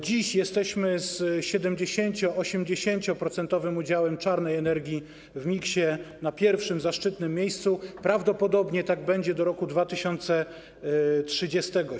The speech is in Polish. Dziś jesteśmy z 70-, 80-procentowym udziałem czarnej energii w miksie na pierwszym zaszczytnym miejscu, prawdopodobnie tak będzie do roku 2030.